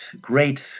great